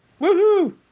Woohoo